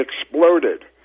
exploded